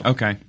Okay